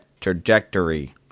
trajectory